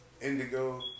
indigo